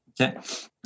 Okay